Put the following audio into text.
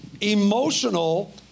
emotional